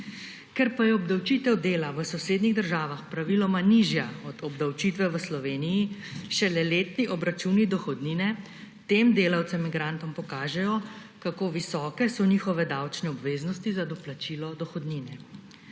Ker pa je obdavčitev dela v sosednjih državah praviloma nižja od obdavčitve v Sloveniji, šele letni obračuni dohodnine tem delavcem migrantom pokažejo, kako visoke so njihove davčne obveznosti za doplačilo dohodnine.